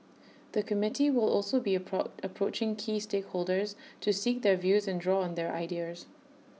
the committee will also be A pro approaching key stakeholders to seek their views and draw on their ideas